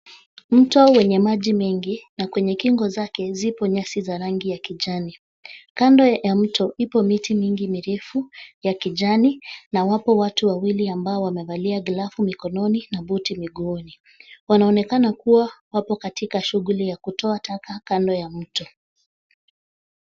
Mto wenye maji mengi na kwenye kingo zake zipo nyasi za rangi ya kijani. Kando ya mto ipo miti mingi mirefu, ya kijani, na wapo watu wawili ambao wamevalia glovu mikononi na booti miguuni. Wanaonekana kuwa wapo katika shughuli ya kutoa taka kando ya mto.